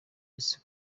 ese